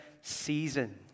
season